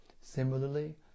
similarly